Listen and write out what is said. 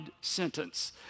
sentence